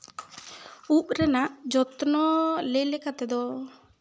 ᱩᱵ ᱨᱮᱱᱟᱜ ᱡᱚᱛᱱᱚ ᱞᱟᱹᱭ ᱞᱮᱠᱟᱛᱮ ᱫᱚ